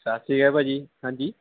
ਸਤਿ ਸ਼੍ਰੀ ਅਕਾਲ ਭਾਅ ਜੀ ਹਾਂਜੀ